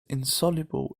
insoluble